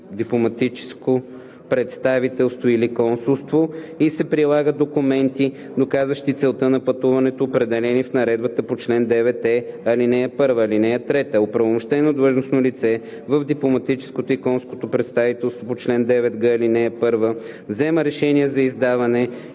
дипломатическо представителство или консулство и се прилагат документи, доказващи целта на пътуването, определени в наредбата по чл. 9е, ал. 1. (3) Оправомощеното длъжностно лице в дипломатическото и консулско представителство по чл. 9г, ал. 1 взема решение за издаване